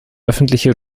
öffentliche